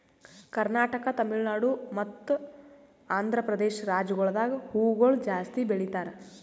ಕರ್ನಾಟಕ, ತಮಿಳುನಾಡು ಮತ್ತ ಆಂಧ್ರಪ್ರದೇಶ ರಾಜ್ಯಗೊಳ್ದಾಗ್ ಹೂವುಗೊಳ್ ಜಾಸ್ತಿ ಬೆಳೀತಾರ್